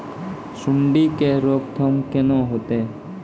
सुंडी के रोकथाम केना होतै?